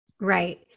Right